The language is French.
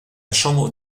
chambre